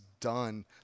done